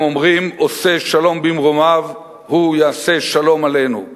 הם אומרים: "עושה שלום במרומיו הוא יעשה שלום עלינו".